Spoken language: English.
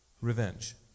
revenge